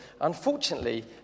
Unfortunately